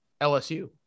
LSU